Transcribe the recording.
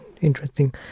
Interesting